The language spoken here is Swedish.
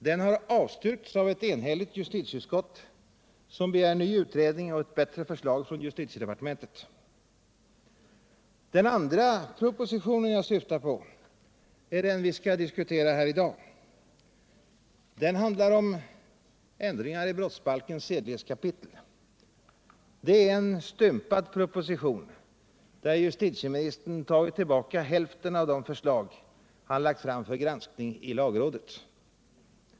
Den har avstyrkts av ett enhälligt justitieutskott som begär ny utredning och ett bättre förslag från justitiedepartementet. Den andra propositionen jag syftar på är den vi skall diskutera här i dag. Den handlar om ändringar i brottsbalkens sedlighetskapitel. Det är en stympad proposition, där justitieministern tagit tillbaka hälften av de förslag han lagt fram för granskning i lagrådet.